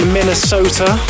Minnesota